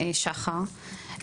שחר,